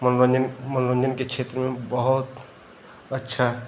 मनोरंजन मनोरंजन के क्षेत्र में बहुत अच्छा